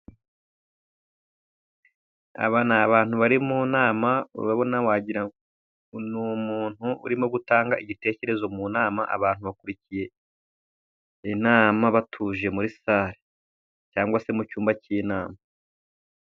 Aba ni abantu bari mu nama, urabona wagira ngo ni umuntu urimo gutanga igitekerezo mu nama, abantu bakurikiye inama batuje muri sare, cyangwa se mu cyumba cy'inama.